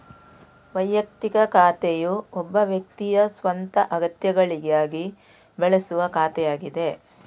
ವೈಯಕ್ತಿಕ ಖಾತೆಯು ಒಬ್ಬ ವ್ಯಕ್ತಿಯ ಸ್ವಂತ ಅಗತ್ಯಗಳಿಗಾಗಿ ಬಳಸುವ ಖಾತೆಯಾಗಿದೆ